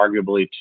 arguably